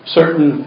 certain